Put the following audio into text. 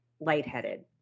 lightheaded